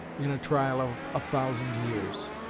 in a trial of a thousand years!